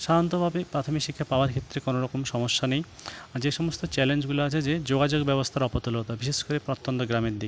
সাধারনতভাবে পাথমিক শিক্ষা পাওয়ার ক্ষেত্রে কোনো রকম সমস্যা নেই যে সমস্ত চ্যালেঞ্জগুলো আছে যে যোগাযোগ ব্যবস্থার অপতুলতা বিশেষ করে প্রত্যন্ত গ্রামের দিকে